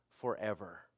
forever